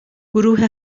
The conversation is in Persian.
گروه